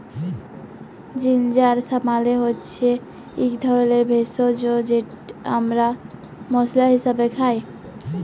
ginger মালে হচ্যে ইক ধরলের ভেষজ যেট আমরা মশলা হিসাবে খাই